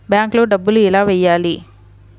బ్యాంక్లో డబ్బులు ఎలా వెయ్యాలి?